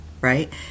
right